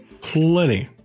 plenty